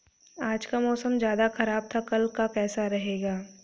आज का मौसम ज्यादा ख़राब था कल का कैसा रहेगा?